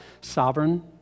sovereign